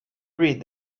read